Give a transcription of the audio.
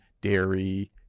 dairy